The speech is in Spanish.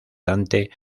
dante